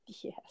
Yes